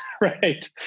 right